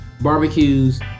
barbecues